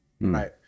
right